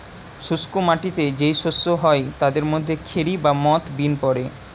শুষ্ক মাটিতে যেই শস্য হয় তাদের মধ্যে খেরি বা মথ বিন পড়ে